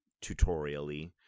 tutorial-y